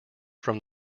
from